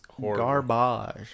garbage